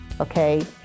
okay